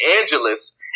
Angeles